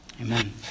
Amen